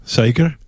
zeker